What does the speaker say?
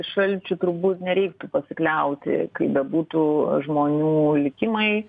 šalčiu turbūt nereiktų pasikliauti kaip bebūtų žmonių likimai